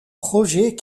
projet